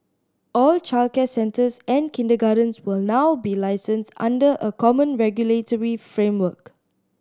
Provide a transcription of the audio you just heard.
all childcare centres and kindergartens will now be licensed under a common regulatory framework